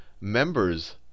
members